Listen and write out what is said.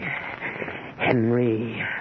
Henry